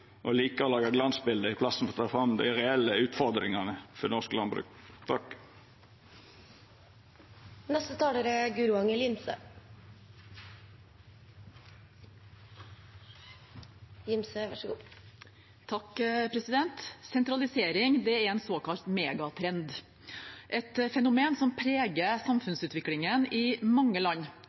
i staden for å ta fram dei reelle utfordringane for norsk landbruk. Sentralisering er en såkalt megatrend, et fenomen som preger samfunnsutviklingen i mange land. Dette er en